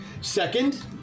Second